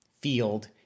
field